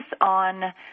on